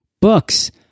Books